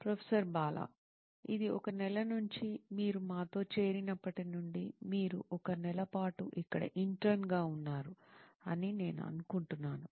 professor Bala ఇది ఒక నెల నుంచి మీరు మాతో చేరినప్పటి నుండి మీరు ఒక నెల పాటు ఇక్కడ ఇంటర్న్ గా ఉన్నారు అని నేను అనుకుంటున్నాను